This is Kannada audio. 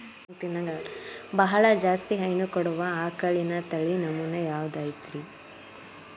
ಬಹಳ ಜಾಸ್ತಿ ಹೈನು ಕೊಡುವ ಆಕಳಿನ ತಳಿ ನಮೂನೆ ಯಾವ್ದ ಐತ್ರಿ?